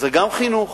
זה גם חינוך,